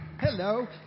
Hello